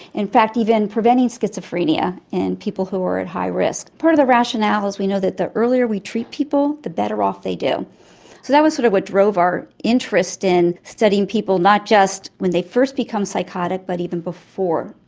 in fact even preventing schizophrenia in and people who are at high risk. part of the rationale is we know that the earlier we treat people, the better off they do. so that was sort of what drove our interest in studying people, not just when they first become psychotic but even before.